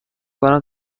کنم